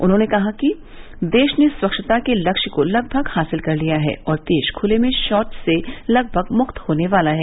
उन्होंने कहा कि देश ने स्वच्छता के लक्ष्य को लगभग हासिल कर लिया है और देश खुले में शौच से लगभग मुक्त होने वाला है